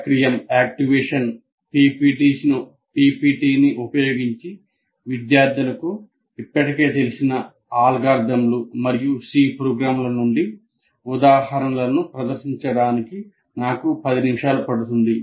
సక్రియం పిపిటిని ఉపయోగించి విద్యార్థులకు ఇప్పటికే తెలిసిన అల్గోరిథంలు మరియు సి ప్రోగ్రామ్ల నుండి ఉదాహరణలను ప్రదర్శించడానికి నాకు 10 నిమిషాలు పడుతుంది